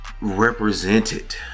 represented